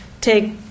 take